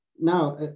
Now